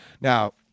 Now